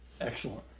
Excellent